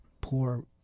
poor